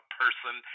person